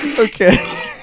Okay